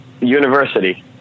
university